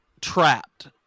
trapped